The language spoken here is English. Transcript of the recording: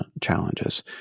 challenges